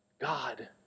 God